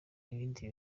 ibindi